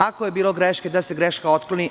Ako je bilo greške, da se greška otkloni.